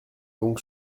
donc